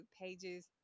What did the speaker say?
pages